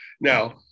Now